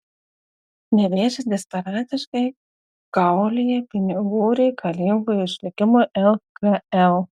nevėžis desperatiškai kaulija pinigų reikalingų išlikimui lkl